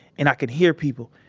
and i could hear people.